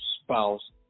spouse